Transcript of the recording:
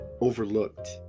overlooked